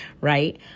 right